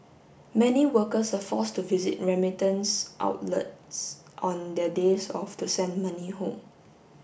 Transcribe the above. many workers are forced to visit remittance outlets on their days off to send money home